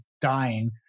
dying